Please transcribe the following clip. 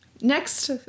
Next